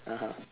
(uh huh)